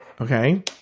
Okay